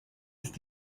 ist